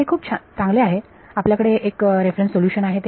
हे खूप छान चांगले आहे आपल्याकडे 1 रेफरन्स सोल्युशन आहे